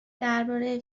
درباره